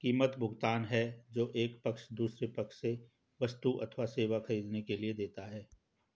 कीमत, भुगतान है जो एक पक्ष दूसरे पक्ष से वस्तु अथवा सेवा ख़रीदने के लिए देता है